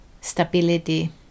stability